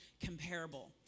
comparable